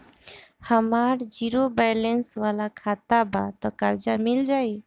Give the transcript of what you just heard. हमार zero balance वाला खाता बा त कर्जा मिल जायी?